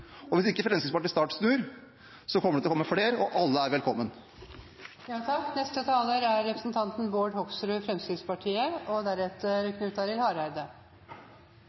Hvis ikke Fremskrittspartiet snart snur, kommer det til å komme flere, og alle er velkomne. Én ting er jeg enig med representanten